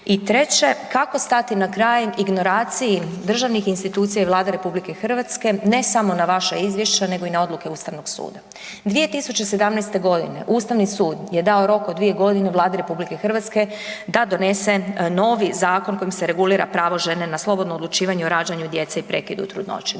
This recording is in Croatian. I treće, kako stati na kraj ignoranciji državnih institucija i Vlade RH ne samo na vaša izvješća nego i na odluke Ustavnog suda? 2017. g. Ustavni sud je dao rok od 2 g. Vladi RH da donese novi zakon kojim se regulira pravo žene na slobodno odlučivanje o rađanju djece i prekidu u trudnoći.